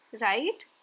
right